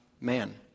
man